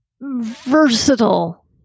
versatile